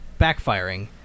backfiring